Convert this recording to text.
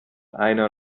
einer